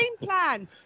plan